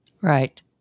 Right